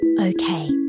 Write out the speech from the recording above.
Okay